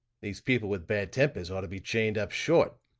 these people with bad tempers ought to be chained up short.